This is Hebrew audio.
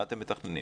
מה אתם מתכננים?